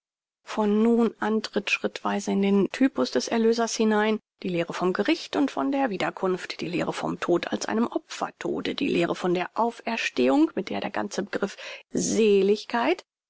von nun an tritt schrittweise in den typus des erlösers hinein die lehre vom gericht und von der wiederkunft die lehre vom tod als einem opfertode die lehre von der auferstehung mit der der ganze begriff seligkeit